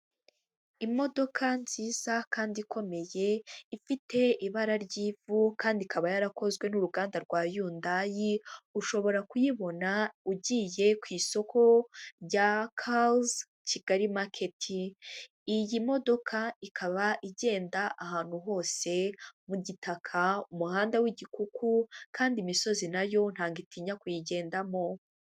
Imodoka nziza kandi ikomeye ifite ibara ry'ivu kandi ikaba yarakozwe n'uruganda rwa hundayi, ushobora kuyibona ugiye ku isoko rya cars Kigali market, iyi modoka ikaba igenda ahantu hose mu gitaka, umuhanda w'igikuku kandi imisozi nayo ntago itinya kuyigendamo.